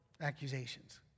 accusations